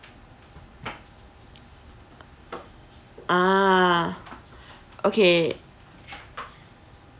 ah okay